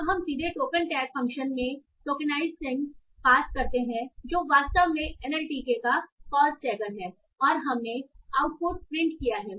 अब हम सीधे टोकन टैग फ़ंक्शन में टोकेनाइजसेट सीधे पास करते हैं जो वास्तव में एनएलटीके का पॉज टैगर है और हमने आउटपुट प्रिंट किया है